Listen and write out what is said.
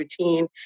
routine